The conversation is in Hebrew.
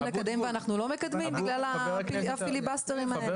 לקדם ואנחנו לא מקדמים בגלל הפילי באסטרים האלה?